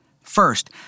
First